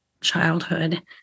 childhood